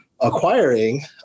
acquiring